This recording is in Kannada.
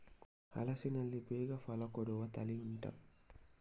ಹಲಸಿನಲ್ಲಿ ಬೇಗ ಫಲ ಕೊಡುವ ತಳಿ ಉಂಟಾ